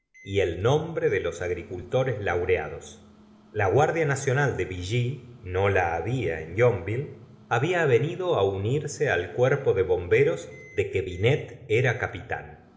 y el nombre de los agricultores laureados la guardia nacional de buchy no la había en yonville había venido unirse al cuerpo de bomberos de que binet era capitán